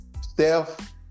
Steph